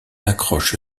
accroche